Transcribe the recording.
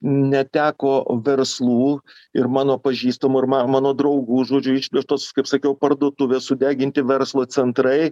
neteko verslų ir mano pažįstamų ir ma mano draugų žodžiu išplėštos kaip sakiau parduotuvės sudeginti verslo centrai